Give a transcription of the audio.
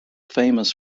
famous